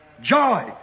joy